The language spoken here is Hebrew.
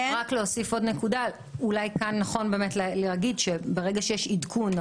כאן אולי נכון להגיד שברגע שיש עדכון,